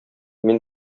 мин